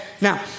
Now